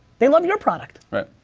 they love your product. right.